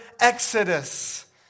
Exodus